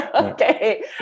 Okay